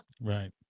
Right